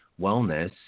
wellness